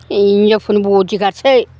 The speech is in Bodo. हिन्जावफोरनि बदिगार्डसो